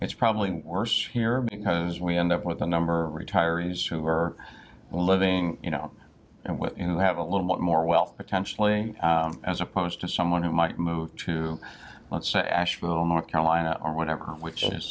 it's probably worse here because we end up with a number of retirees who are living you know and what you have a little bit more wealth potentially as opposed to someone who might move to let's say asheville north carolina or whatever which is